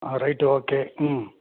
ஆ right okay ம்